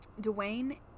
Dwayne